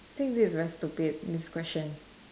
I think this is very stupid this question